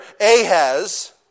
Ahaz